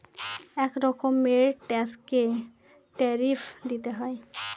এক রকমের ট্যাক্সে ট্যারিফ দিতে হয়